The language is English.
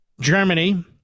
Germany